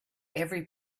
every